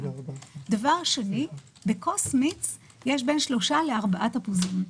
דבר שני, בכוס מיץ יש בין שלושה לארבעה תפוזים.